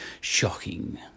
shocking